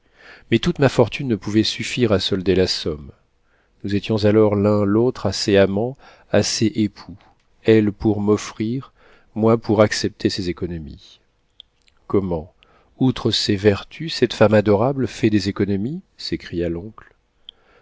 mais toute ma fortune ne pouvait suffire à solder la somme nous étions alors l'un et l'autre assez amants assez époux elle pour offrir moi pour accepter ses économies comment outre ses vertus cette femme adorable fait des économies s'écria l'oncle